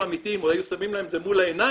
האמיתיים או היו שמים להם את זה מול העיניים,